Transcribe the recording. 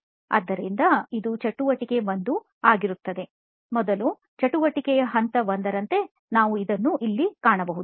ಆದ್ದರಿಂದ ಇದು ಚಟುವಟಿಕೆ 1 ಆಗಿರುತ್ತದೆ 'ಮೊದಲು' ಚಟುವಟಿಕೆಯ ಹಂತ 1 ರಂತೆ ನಾವು ಇದನ್ನು ಇಲ್ಲಿ ಕಾಣಬಹುದು